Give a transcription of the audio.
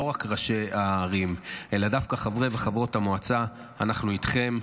לא רק ראשי הערים אלא דווקא חברי וחברות המועצה: אנחנו איתכם,